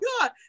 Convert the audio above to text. God